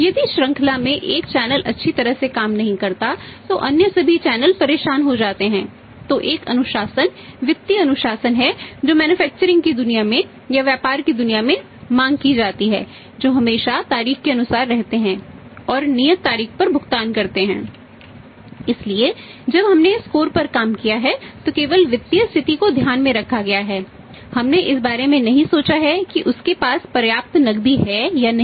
यदि श्रृंखला में एक चैनल पर काम किया है तो केवल वित्तीय स्थिति को ध्यान में रखा गया था हमने इस बारे में नहीं सोचा है कि उसके पास पर्याप्त नकदी है या नहीं